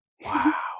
wow